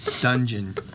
dungeon